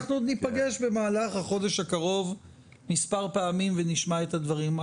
אנחנו עוד ניפגש במהלך החודש הקרוב מספר פעמים ונשמע את הדברים.